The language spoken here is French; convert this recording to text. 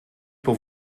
pour